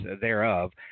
thereof